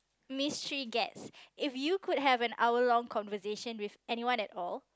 mystery guest if you could have an hour long conversation with anyone at all